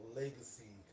legacy